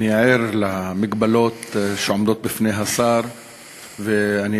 אני ער למגבלות שעומדות בפני השר ולצורך